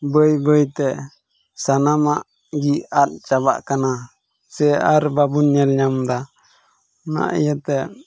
ᱵᱟᱹᱭ ᱵᱟᱹᱭ ᱛᱮ ᱥᱟᱱᱟᱢᱟᱜ ᱜᱮ ᱟᱫ ᱪᱟᱟᱜ ᱠᱟᱱᱟ ᱥᱮ ᱟᱨ ᱵᱟᱵᱚᱱ ᱧᱮᱞ ᱧᱟᱢᱫᱟ ᱚᱱᱟ ᱤᱭᱟᱹᱛᱮ